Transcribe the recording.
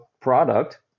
product